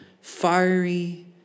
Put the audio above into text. fiery